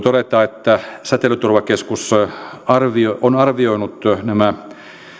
todeta että säteilyturvakeskus on arvioinut nämä